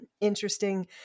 interesting